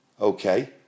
okay